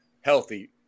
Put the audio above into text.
healthy